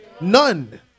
None